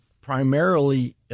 primarily